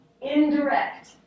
Indirect